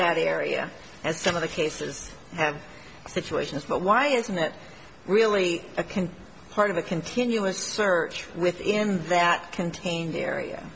that area as some of the cases have situations but why isn't that really a can part of a continuous search within that contained area